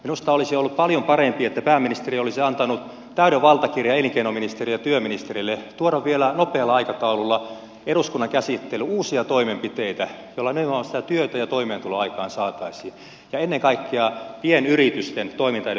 minusta olisi ollut paljon parempi että pääministeri olisi antanut täyden valtakirjan elinkeinoministerille ja työministerille tuoda vielä nopealla aikataululla eduskunnan käsittelyyn uusia toimenpiteitä joilla nimenomaan sitä työtä ja toimeentuloa aikaansaataisiin ja ennen kaikkea pienyritysten toimintaedellytyksiä parannettaisiin